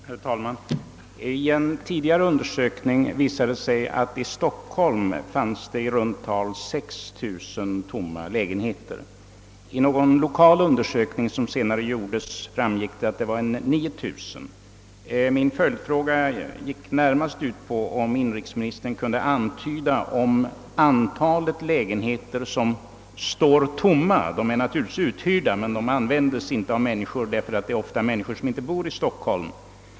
Herr talman! Vid en tidigare undersökning visade det sig att i Stockholm fanns i runt tal 6 000 tomma lägenheter. Av någon lokal undersökning som senare har gjorts framgick att 9 000 lägenheter stod tomma. Min följdfråga gällde närmast, om inrikesministern kunde antyda huruvida antalet lägenheter som står tomma har ökat. De är naturligtvis uthyrda, men de användes inte eftersom de personer som hyr dem inte bor i Stockholm.